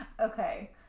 Okay